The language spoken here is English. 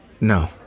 No